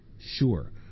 Sure